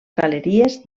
galeries